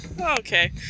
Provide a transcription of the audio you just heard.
Okay